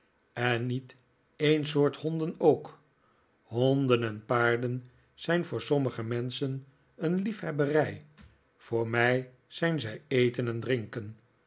en niet een soort honden ook honden en paarden zijn vobr sommige menschen een liefhebberij voor mij zijn zij eten en drinken